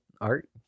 art